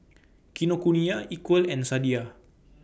Kinokuniya Equal and Sadia